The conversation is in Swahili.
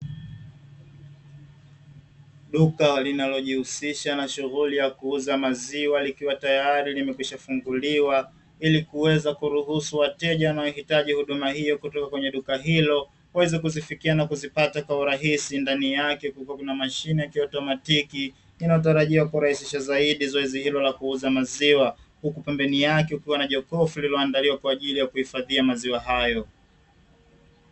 Duka linalojihusisha na shughuli ya kuuza maziwa, likiwa tayari limekwisha funguliwa ili kuweza kuruhusu wateja wanaohitaji huduma hiyo kutoka kwenye duka hilo waweze kuzifikia na kuzipata kwa urahisi, ndani yake kukiwa kuna mashine ya kiotomatiki inayo tarajiwa kurahisisha zaidi zoezi hilo la kuuza maziwa, huku pembeni yake kukiwa na jokofu lililoandaliwa kwa ajili ya kuhifadhia maziwa hayo.